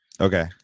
Okay